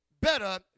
better